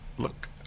Look